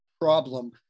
problem